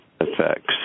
effects